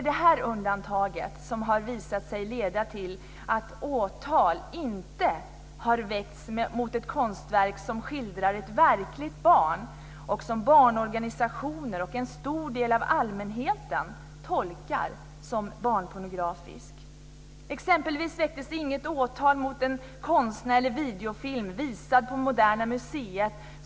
Detta undantag har visat sig leda till att åtal inte har väckts mot ett konstverk som skildrar ett verkligt barn och som barnorganisationer och en stor del av allmänheten tolkar som barnpornografiskt. Exempelvis väcktes inte åtal mot en konstnärlig videofilm som visades på Moderna museet.